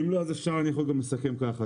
אם לא, אני יכול גם לסכם ככה.